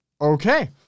okay